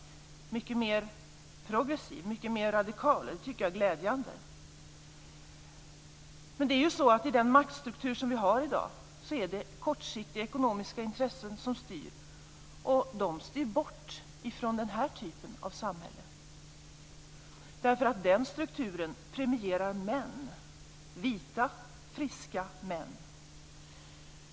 Den är mycket mer progressiv och radikal. Det tycker jag är glädjande. Men i den maktstruktur som vi har i dag är det kortsiktiga ekonomiska intressen som styr. Och de styr bort från den här typen av samhälle. Den strukturen premierar nämligen män - vita, friska män.